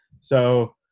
So-